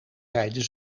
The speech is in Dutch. rijden